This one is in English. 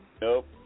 Nope